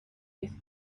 with